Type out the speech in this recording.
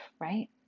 right